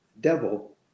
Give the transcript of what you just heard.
devil